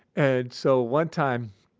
and so one time,